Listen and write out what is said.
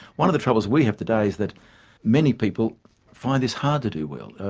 one of the troubles we have today is that many people find this hard to do well.